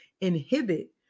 inhibit